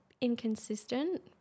inconsistent